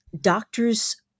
doctors